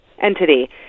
Entity